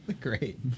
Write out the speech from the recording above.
Great